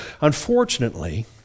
Unfortunately